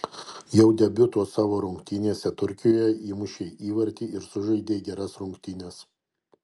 jau debiuto savo rungtynėse turkijoje įmušei įvartį ir sužaidei geras rungtynes